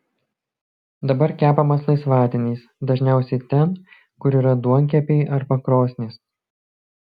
dabar kepamas laisvadieniais dažniausiai ten kur yra duonkepiai arba krosnys